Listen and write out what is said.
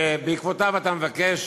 שבעקבותיו אתה מבקש